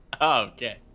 Okay